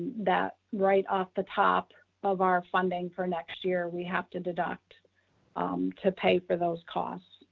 that right off the top of our funding for next year, we have to deduct to pay for those cost.